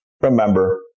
Remember